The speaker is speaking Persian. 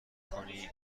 کنی